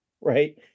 right